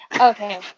Okay